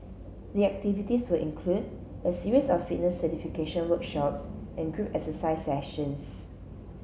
the activities will include a series of fitness certification workshops and group exercise sessions